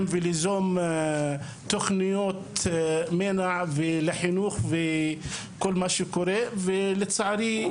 וליזום תוכניות מנע לחינוך וכל מה שקורה ולצערי,